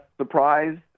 surprised